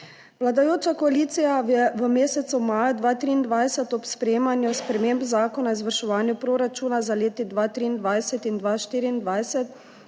Vladajoča koalicija je v mesecu maju 2023 ob sprejemanju sprememb Zakona o izvrševanju proračunov za leti 2023 in 2024